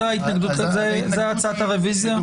הקול יישמע בדיוני ההמשך.